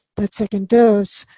that second dose